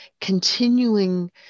continuing